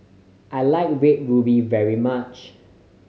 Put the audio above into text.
I like Red Ruby very much